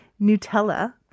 Nutella